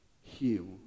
heal